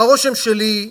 והרושם שלי,